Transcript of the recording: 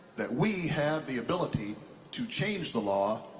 that we have the ability to change the law,